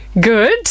Good